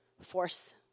force